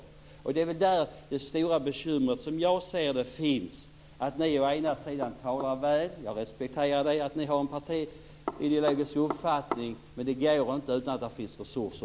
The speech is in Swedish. Som jag ser det är det där som det stora bekymret finns. Ni talar å ena sidan väl, och jag respekterar att ni har en partiideologisk uppfattning, men det krävs också resurser.